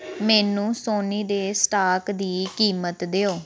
ਮੈਨੂੰ ਸੋਨੀ ਦੇ ਸਟਾਕ ਦੀ ਕੀਮਤ ਦਿਓ